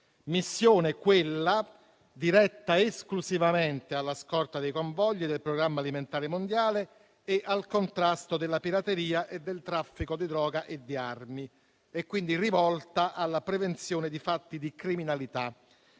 missione, quella, diretta esclusivamente alla scorta dei convogli del programma alimentare mondiale e al contrasto della pirateria e del traffico di droga e di armi; quindi, rivolta alla prevenzione di fatti di criminalità